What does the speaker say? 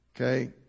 Okay